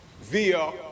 via